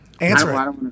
Answer